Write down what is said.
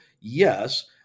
Yes